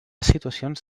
situacions